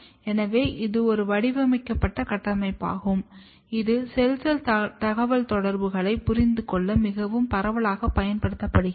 எனவே இது ஒரு வடிவமைக்கப்பட்ட கட்டமைப்பாகும் இது செல் செல் தகவல்தொடர்புகளைப் புரிந்து கொள்ள மிகவும் பரவலாகப் பயன்படுத்தப்படுகிறது